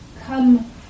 come